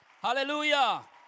Hallelujah